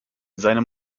seine